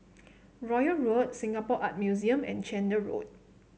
Royal Road Singapore Art Museum and Chander Road